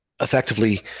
effectively